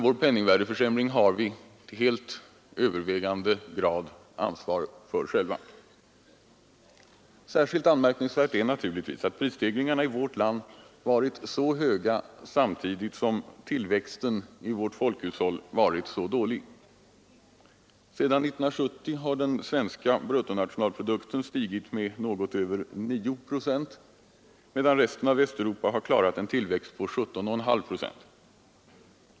Vår penningvärdeförsämring har vi till övervägande del själva ansvar för. Särskilt anmärkningsvärt är naturligtvis att prisstegringarna i vårt land varit så höga samtidigt som tillväxten i vårt folkhushåll varit så dålig. Sedan 1970 har den svenska bruttonationalprodukten stigit med något över 9 procent, medan resten av Västeuropa har klarat en tillväxt på 17,5 procent.